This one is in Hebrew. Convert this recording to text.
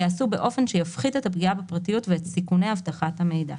ייעשו באופן שיפחית את הפגיעה בפרטיות ואת סיכוני אבטחת המידע.